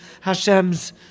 Hashem's